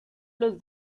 los